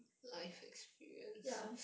ya